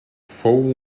fou